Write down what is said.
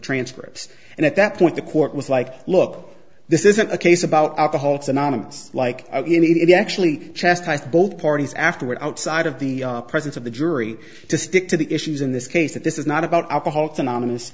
transcripts and at that point the court was like look this isn't a case about alcoholics anonymous like you need it actually chastised both parties afterward outside of the presence of the jury to stick to the issues in this case that this is not about alcoholics anonymous